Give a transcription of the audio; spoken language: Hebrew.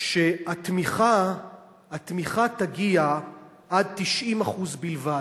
שהתמיכה תגיע עד 90% בלבד,